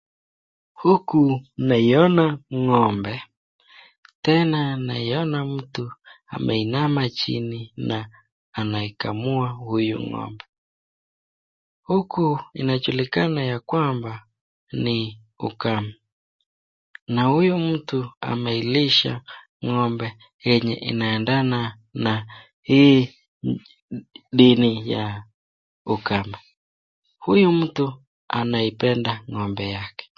Huku naiona ng'ombe, tena naiona mtu ameinama chini na anaikamua huyu ng'ombe. Huku inajulikana ya kwamba ni ukame na huyu mtu ameilisha ng'ombe yenye inaendana na hii dini ya ukame. Huyu mtu anaipenda ng'ombe yake.